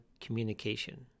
Communication